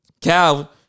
Cal